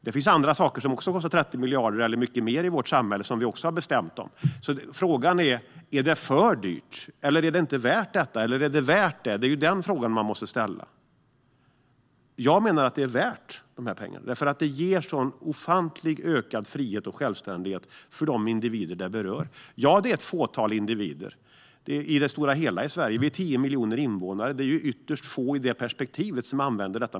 Det finns andra saker i vårt samhälle som kostar 30 miljarder eller mycket mer. Frågan är: Är det för dyrt? Är det inte värt detta, eller är det värt det? Det är den frågan som man måste ställa. Jag menar att det är värt pengarna. Det ger en så ofantligt ökad frihet och självständighet för de individer som berörs. Det handlar om ett fåtal individer. Vi har 10 miljoner invånare. I det perspektivet är det ytterst få som använder LSS.